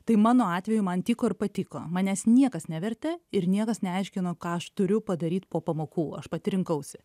tai mano atveju man tiko ir patiko manęs niekas nevertė ir niekas neaiškino ką aš turiu padaryt po pamokų aš pati rinkausi